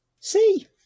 See